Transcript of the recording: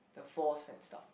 the falls and stuff